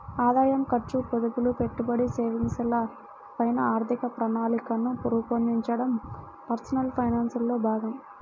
ఆదాయం, ఖర్చు, పొదుపులు, పెట్టుబడి, సేవింగ్స్ ల పైన ఆర్థిక ప్రణాళికను రూపొందించడం పర్సనల్ ఫైనాన్స్ లో భాగం